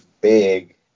big